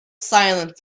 silent